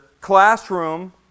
classroom